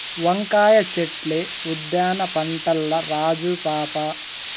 వంకాయ చెట్లే ఉద్దాన పంటల్ల రాజు పాపా